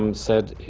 um said,